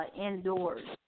indoors